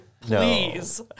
please